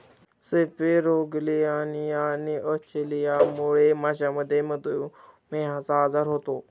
सेपेरोगेलियानिया आणि अचलियामुळे माशांमध्ये मधुमेहचा आजार होतो